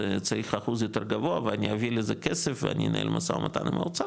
צריך אחוז יותר גבוה ואני אביא לזה כסף ואני אנהל משא ומתן עם האוצר,